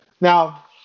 Now